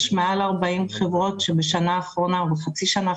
יש מעל 40 חברות שבשנה האחרונה או בחצי השנה האחרונה,